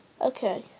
Okay